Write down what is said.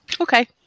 Okay